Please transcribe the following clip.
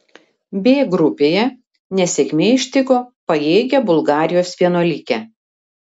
b grupėje nesėkmė ištiko pajėgią bulgarijos vienuolikę